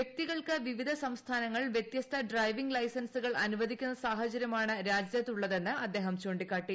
വ്യക്തികൾക്ക് വിവിധ സംസ്ഥാനങ്ങൾ വ്യത്യസ്ത ഡ്രൈവിങ് ലൈസൻസുകൾ അനുവദിക്കുന്ന സാഹചര്യമാണ് രാജ്യങ്ങളുടെതെന്ന് അദ്ദേഹം ചൂണ്ടിക്കാട്ടി